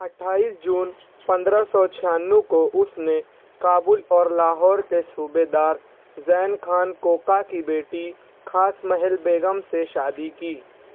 اٹھائیس جون پندرہ سو چھیانو کو اس نے کابل اور لاہور کے صوبےدار زین خان کوکا کی بیٹی کھاص محل بیگم سے شادی کی